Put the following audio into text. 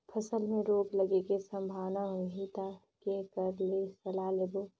फसल मे रोग लगे के संभावना होही ता के कर ले सलाह लेबो?